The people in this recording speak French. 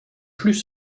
plus